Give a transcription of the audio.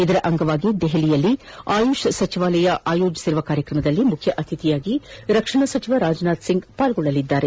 ಇದರ ಅಂಗವಾಗಿ ದೆಹಲಿಯಲ್ಲಿ ಆಯುಷ್ ಸಚಿವಾಲಯ ಆಯೋಜಿಸಿರುವ ಕಾರ್ಯಕ್ರಮದಲ್ಲಿ ಮುಖ್ಯ ಅತಿಥಿಯಾಗಿ ರಕ್ಷಣಾ ಸಚಿವ ರಾಜನಾಥ್ಸಿಂಗ್ ಪಾಲ್ಗೊಳ್ಳಲಿದ್ದಾರೆ